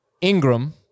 Ingram